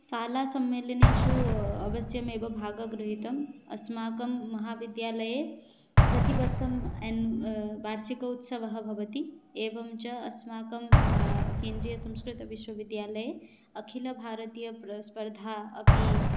शालासम्मेलनेषु अवश्यमेव भागः गृहीतः अस्माकं महाविद्यालये प्रतिवर्षम् अन् वार्षिकोत्सवः भवति एवं च अस्माकं केन्द्रियसंस्कृतविश्वविद्यालये अखिलभारतीय प्र स्पर्धा अपि